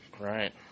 Right